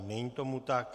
Není tomu tak.